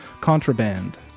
Contraband